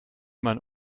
man